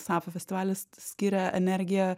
safa festivalis skiria energiją